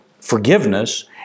forgiveness